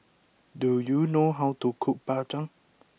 do you know how to cook Bak Chang